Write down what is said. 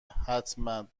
حتمن